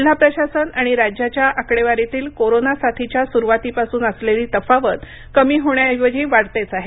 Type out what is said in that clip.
जिल्हा प्रशासन आणि राज्याच्या आकडेवारीतील कोरोना साथीच्या सुरूवातीपासून असलेली तफावत कमी होण्याऐवजी वाढतेच आहे